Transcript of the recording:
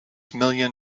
million